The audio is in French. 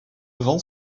vend